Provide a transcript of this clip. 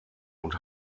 und